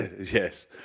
Yes